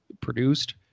produced